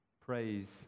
praise